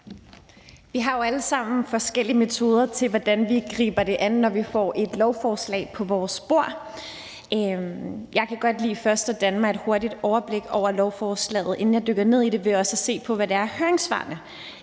Vi har jo alle sammen forskellige metoder til at gribe det an, når vi får et lovforslag på vores bord. Jeg kan godt lide først at danne mig et hurtigt overblik over lovforslaget, inden jeg dykker ned i det, ved også at se på, hvad det er, høringssvarene